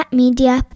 media